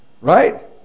Right